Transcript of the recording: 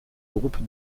groupe